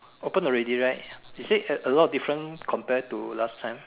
open already right is it a lot different compared to last time